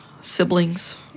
siblings